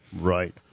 right